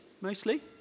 mostly